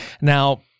Now